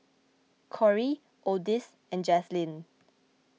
Corie Odis and Jaslene